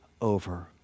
over